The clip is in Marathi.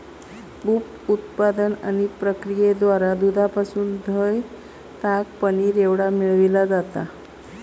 उप उत्पादन आणि प्रक्रियेद्वारा दुधापासून दह्य, ताक, पनीर एवढा मिळविला जाता